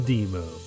Demo